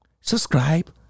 Subscribe